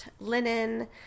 linen